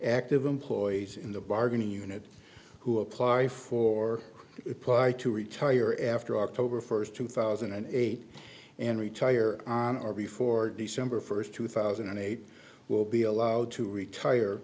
active employees in the bargaining unit who apply for apply to retire after october first two thousand and eight and retire on or before december first two thousand and eight will be allowed to retire